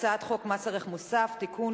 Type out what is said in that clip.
הצעת חוק מס ערך מוסף (תיקון,